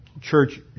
church